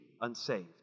unsaved